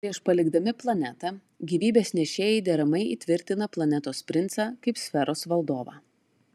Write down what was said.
prieš palikdami planetą gyvybės nešėjai deramai įtvirtina planetos princą kaip sferos valdovą